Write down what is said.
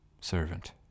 servant